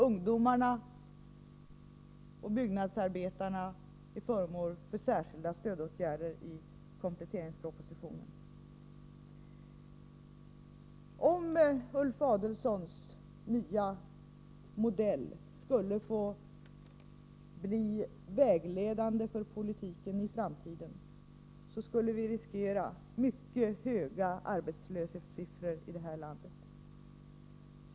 Ungdomarna och byggnadsarbetarna är i kompletteringspropositionen föremål för särskilda stödåtgärder. Om Ulf Adelsohns nya modell skulle få bli vägledande för politiken i framtiden, skulle vi riskera mycket höga arbetslöshetssiffror i det här landet.